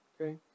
Okay